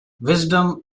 wisdom